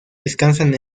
descansan